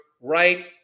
right